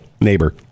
Neighbor